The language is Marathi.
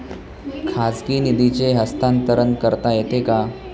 खाजगी निधीचे हस्तांतरण करता येते का?